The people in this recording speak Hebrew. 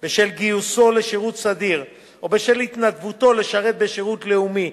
בשל גיוסו לשירות סדיר או בשל התנדבותו לשירות לאומי,